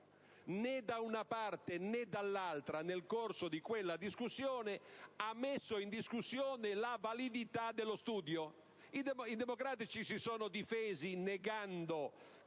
né da una parte né dall'altra, nel corso di quella discussione ha messo in discussione la validità dello studio. I democratici si sono difesi negando